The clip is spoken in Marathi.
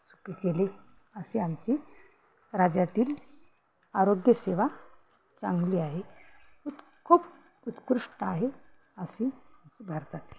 सुखी केले अशी आमची राज्यातील आरोग्यसेवा चांगली आहे उत् खूप उत्कृष्ट आहे अशी भारतातील